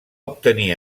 obtenir